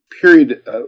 period